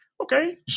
Okay